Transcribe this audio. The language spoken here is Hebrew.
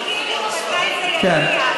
חיכינו מתי זה יגיע, השר ליצמן.